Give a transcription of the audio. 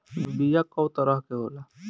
बीया कव तरह क होला?